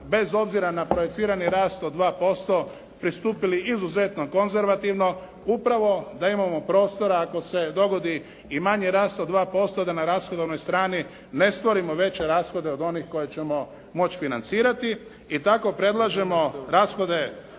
bez obzira na projicirani rast od 2% pristupili izuzetno konzervativno upravo da imamo prostora ako se dogodi i manji rast od 2% da na rashodovnoj strani ne stvorimo veće rashode od onih koje ćemo moći financirati i tako predlažemo rashode,